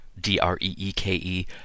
D-R-E-E-K-E